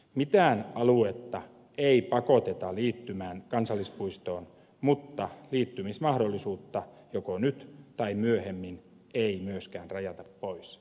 mitään aluetta ei pakoteta liittymään kansallispuistoon mutta liittymismahdollisuutta joko nyt tai myöhemmin ei myöskään rajata pois